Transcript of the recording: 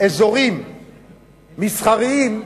אזורים מסחריים,